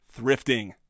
thrifting